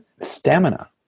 stamina